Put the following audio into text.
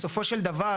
בסופו של דבר,